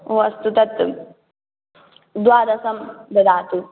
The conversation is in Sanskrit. ओ अस्तु तत्त द्वादश ददातु